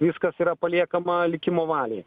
viskas yra paliekama likimo valiai